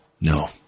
No